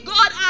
God